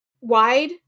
wide